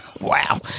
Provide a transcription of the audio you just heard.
wow